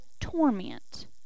torment